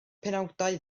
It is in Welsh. penawdau